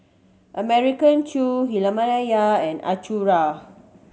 American Chew and